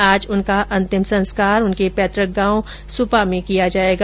आज उनका अंतिम संस्कार उनके पैतुक गांव सुपा में किया जायेगा